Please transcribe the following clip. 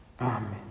Amen